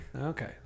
Okay